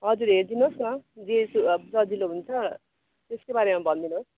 हजुर हेरिदिनुहोस् न जे सजिलो हुन्छ त्यसकै बारेमा भनिदिनुहोस्